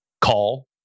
call